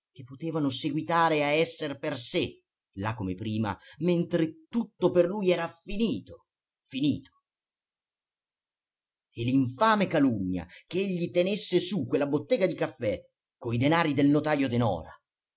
che potevano seguitare a esser per sé là come prima mentre tutto per lui era finito finito e l'infame calunnia ch'egli tenesse su quella bottega di caffè coi denari del notajo denora